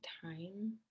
time